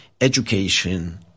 education –